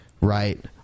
Right